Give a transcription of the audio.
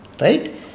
Right